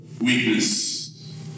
weakness